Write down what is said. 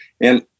and-